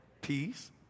peace